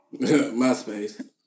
MySpace